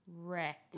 Wrecked